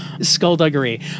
skullduggery